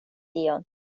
tion